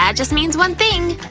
yeah just means one thing.